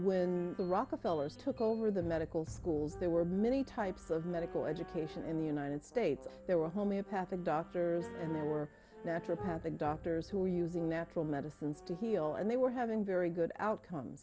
when the rockefeller took over the medical schools there were many types of medical education in the united states there were homeopathic doctors and there were natural path and doctors who were using natural medicines to heal and they were having very good outcome